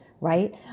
right